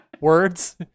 words